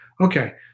Okay